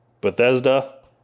Bethesda